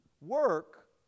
Work